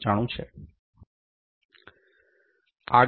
895 છે